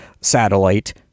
satellite